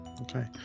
Okay